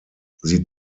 sie